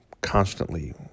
constantly